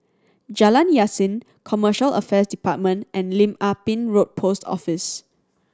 Jalan Yasin Commercial Affairs Department and Lim Ah Pin Road Post Office